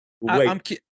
wait